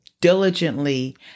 diligently